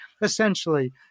essentially